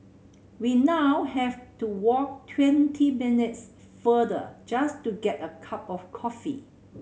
we now have to walk twenty minutes further just to get a cup of coffee